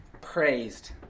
praised